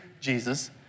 Jesus